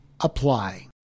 apply